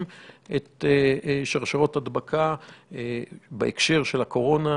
את שרשראות ההדבקה בהקשר של הקורונה,